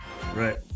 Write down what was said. Right